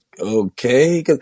okay